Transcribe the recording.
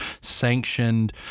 sanctioned